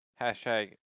Hashtag